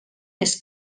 més